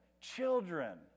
children